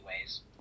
ways